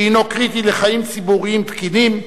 שהוא קריטי לחיים ציבוריים תקינים,